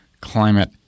climate